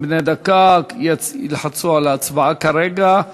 בני דקה ילחצו על מסך ההצבעה כרגע.